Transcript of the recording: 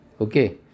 Okay